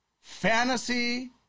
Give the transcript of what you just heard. Fantasy